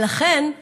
ולכן,